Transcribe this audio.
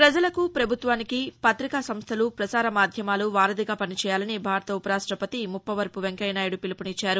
ప్రపజలకు పభుత్వానికి పతికా సంస్టలు పసార మాధ్యమాలు వారధిగా పని చేయాలని భారత ఉప రాష్టపతి ముప్పవరపు వెంకయ్యనాయుడు పిలుపునిచ్చారు